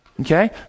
Okay